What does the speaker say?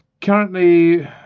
Currently